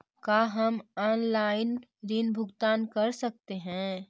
का हम आनलाइन ऋण भुगतान कर सकते हैं?